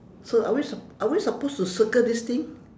so are we sup~ are we supposed to circle this thing